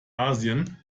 asien